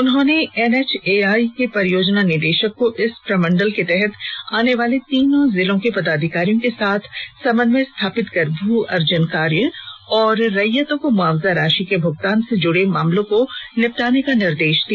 उन्होंने एनएचएआई के परियोजना निदेशक को इस प्रमंडल के तहत आनेवाले तीनों जिले के पदाधिकारियों के साथ समन्वय स्थापित कर भू अर्जन कार्य एवं रैयतों को मुआवजा राशि के भुगतान से जुड़े मामलों को निपटाने का निर्देश दिया